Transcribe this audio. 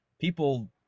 people